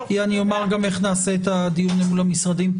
אני אומר גם איך נעשה את הדיון אל מול המשרדים.